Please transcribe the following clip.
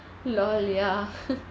lol ya